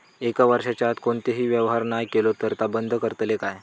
एक वर्षाच्या आत कोणतोही व्यवहार नाय केलो तर ता बंद करतले काय?